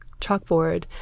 chalkboard